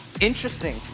interesting